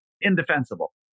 indefensible